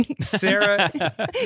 Sarah